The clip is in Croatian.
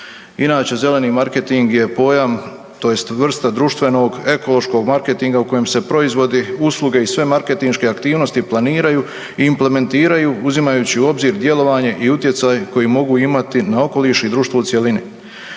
Inače zeleni marketing je pojam tj. vrsta društvenog, ekološkog marketinga u kojem se proizvodi, usluge i sve marketinške aktivnosti planiraju i implementiraju uzimajući u obzir djelovanje i utjecaj koji mogu imati na okoliš i društvo u cjelini.